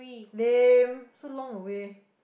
lame so long away